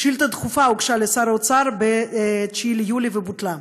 שאילתה דחופה הוגשה לשר האוצר ב-9 ביולי ובוטלה.